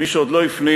מי שעוד לא הפנים